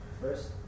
first